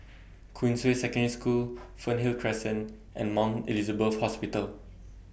Queensway Secondary School Fernhill Crescent and Mount Elizabeth Hospital